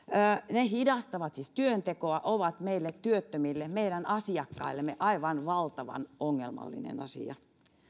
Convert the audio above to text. siis hidastavat työntekoa ja ovat työttömille meidän asiakkaillemme aivan valtavan ongelmallinen asia